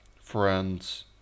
friends